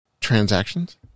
transactions